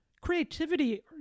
Creativity